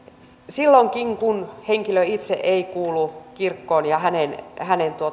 silloinkin kun henkilö itse ei kuulu kirkkoon ja hänen ja hänen